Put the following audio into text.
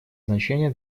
значение